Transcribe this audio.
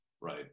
right